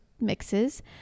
mixes